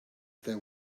there